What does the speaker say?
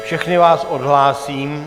Všechny vás odhlásím.